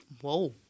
Whoa